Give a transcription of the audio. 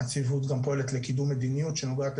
הנציבות גם פועלת לקידום מדיניות שנוגעת